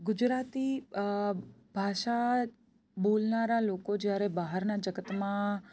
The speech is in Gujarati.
ગુજરાતી ભાષા બોલનારા લોકો જ્યારે બહારના જગતમાં